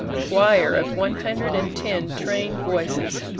a choir of one hundred and ten trained voices,